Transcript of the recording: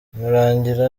murangira